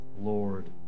Lord